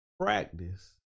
Practice